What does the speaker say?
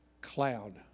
cloud